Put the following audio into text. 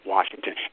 Washington